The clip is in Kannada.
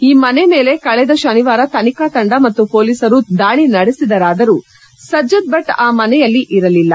ಈ ಮನೆ ಮೇಲೆ ಕಳೆದ ಶನಿವಾರ ತನಿಖಾ ತಂಡ ಮತ್ತು ಪೊಲೀಸರು ದಾಳಿ ನಡೆಸಿದರಾದರೂ ಸಜ್ಜದ್ ಭಟ್ ಆ ಮನೆಯಲ್ಲಿ ಇರಲಿಲ್ಲ